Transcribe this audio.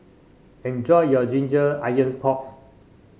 enjoy your Ginger Onions Porks